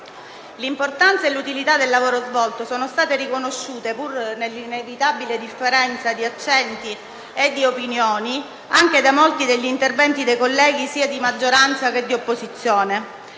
L'importanza e l'utilità del lavoro svolto sono state riconosciute, pur nell'inevitabile differenza di accenti e di opinioni, anche da molti degli interventi dei colleghi, sia di maggioranza che di opposizione.